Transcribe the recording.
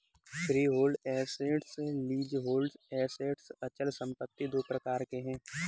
freehold assets, leasehold assets अचल संपत्ति दो प्रकार है